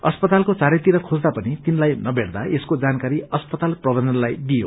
अस्पतालको चारैतिर खेज्दा पनि तिनलाई नभेटदा यसको जानकारी अस्पताल प्रवन्धनलाई दिइयो